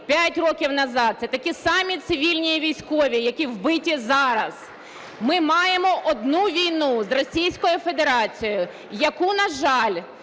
5 років тому, це такі самі цивільні військові, які вбиті зараз. Ми маємо одну війну з Російською Федерацією, яку, на жаль,